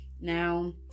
now